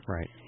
Right